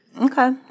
Okay